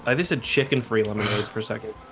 i just had chicken free lemonade for a second.